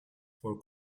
for